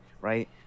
right